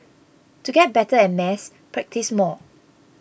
to get better at maths practise more